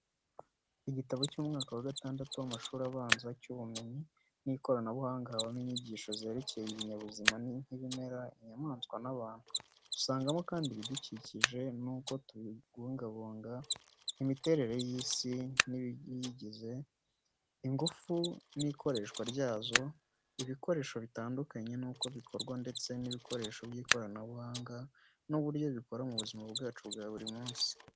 Igitabo cy’umwaka wa gatandatu w'amashuri abanza cy’ubumenyi n’ikoranabuhanga habamo inyigisho zerekeye ibinyabuzima nk'ibimera, inyamaswa n’abantu. Dusangamo kandi ibidukikije n’uko tubibungabunga, imiterere y’isi n’ibiyigize, ingufu n’ikoreshwa ryazo, ibikoresho bitandukanye n'uko bikorwa ndetse n'ibikoresho by'ikoranabuhanga n'uburyo bikora mu buzima bwacu bwa buri munsi.